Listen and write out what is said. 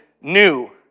new